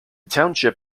township